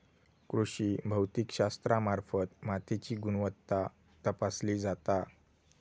कृषी भौतिकशास्त्रामार्फत मातीची गुणवत्ता तपासली जाता